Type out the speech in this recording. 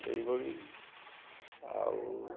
ଏଇଭଳି ଆଉ